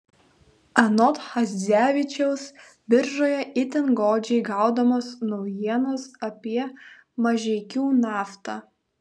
anot chadzevičiaus biržoje itin godžiai gaudomos naujienos apie mažeikių naftą